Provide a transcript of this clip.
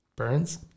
Burns